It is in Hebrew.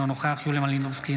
אינו נוכח יוליה מלינובסקי,